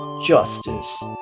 Justice